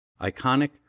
Iconic